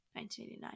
1989